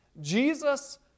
Jesus